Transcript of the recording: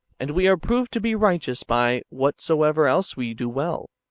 and we are proved to be righteous by whatsoever else we do well,